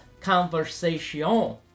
conversation